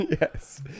yes